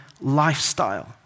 lifestyle